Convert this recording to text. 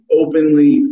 openly